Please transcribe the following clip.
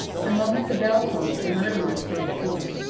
the moment the bell tolled, the murderers broke forth.